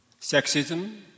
sexism